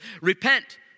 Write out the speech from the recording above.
repent